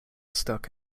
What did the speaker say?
stuck